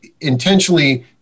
intentionally